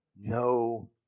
no